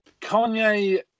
Kanye